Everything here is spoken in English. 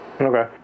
Okay